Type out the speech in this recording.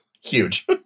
Huge